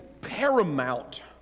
paramount